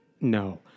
No